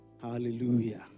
Hallelujah